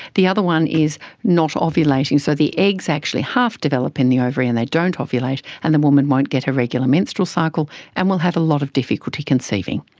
the other one is not ovulating. so the eggs actually half develop in the ovary and they don't ovulate and the woman won't get a regular menstrual cycle and will have a lot of difficulty conceiving.